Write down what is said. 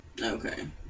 Okay